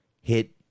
hit